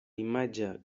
imatge